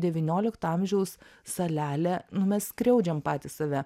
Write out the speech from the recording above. devyniolikto amžiaus salelė nu mes skriaudžiam patys save